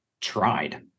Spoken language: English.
tried